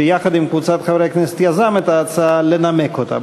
שיחד עם קבוצת חברי כנסת יזם את ההצעה, לנמק אותה.